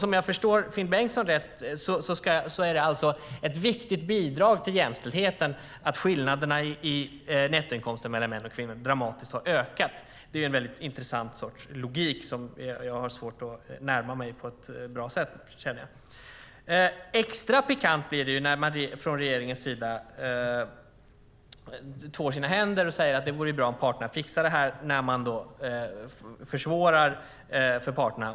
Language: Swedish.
Om jag förstår Finn Bengtsson rätt är detta ett viktigt bidrag till jämställdheten att skillnaderna i nettoinkomster mellan män och kvinnor dramatiskt har ökat. Det är en intressant sorts logik som jag har svårt att närma mig på ett bra sätt. Extra pikant blir det när man från regeringens sida tvår sina händer och säger att det vore bra om parterna fixar detta när man försvårar för parterna.